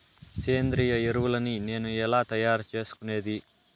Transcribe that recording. సేంద్రియ ఎరువులని నేను ఎలా తయారు చేసుకునేది?